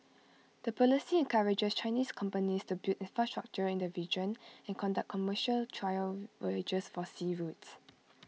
the policy encourages Chinese companies to build infrastructure in the region and conduct commercial trial voyages for sea routes